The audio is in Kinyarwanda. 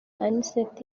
anicet